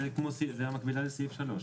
זו המקבילה לסעיף (3).